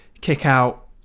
kick-out